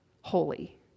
holy